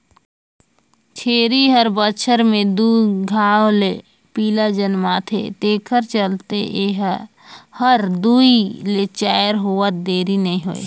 छेरी हर बच्छर में दू घांव ले पिला जनमाथे तेखर चलते ए हर दूइ ले चायर होवत देरी नइ होय